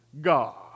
God